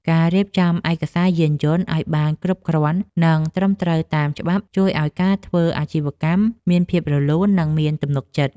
ការរៀបចំឯកសារយានយន្តឱ្យបានគ្រប់គ្រាន់និងត្រឹមត្រូវតាមច្បាប់ជួយឱ្យការធ្វើអាជីវកម្មមានភាពរលូន និងមានទំនុកចិត្ត។